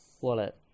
wallet